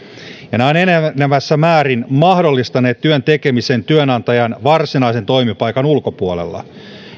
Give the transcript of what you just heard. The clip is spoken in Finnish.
ja ne ovat enenevässä määrin mahdollistaneet työn tekemisen työnantajan varsinaisen toimipaikan ulkopuolella